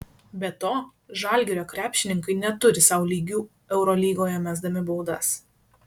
be to žalgirio krepšininkai neturi sau lygių eurolygoje mesdami baudas